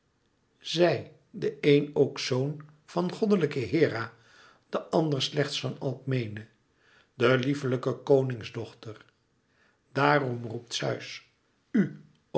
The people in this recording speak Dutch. zij de een ook zoon van goddelijke hera de ander slechts van alkmene de lieflijke koningsdochter daarom roept zeus u